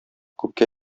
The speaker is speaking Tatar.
күпкә